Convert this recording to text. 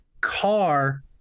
car